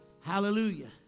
Hallelujah